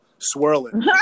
swirling